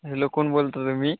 hello कोण बोलता तुम्ही